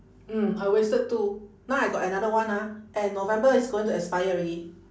mm I wasted two now I got another one ah and november it's going to expire already